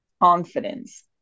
confidence